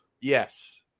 Yes